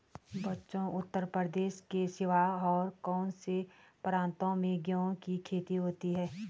बच्चों उत्तर प्रदेश के सिवा और कौन से प्रांतों में गेहूं की खेती होती है?